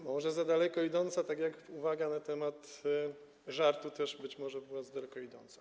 Może jest za daleko idąca, tak jak uwaga na temat żartu też być może była za daleko idąca.